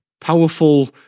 powerful